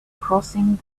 crossing